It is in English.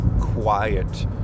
quiet